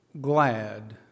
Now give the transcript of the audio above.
glad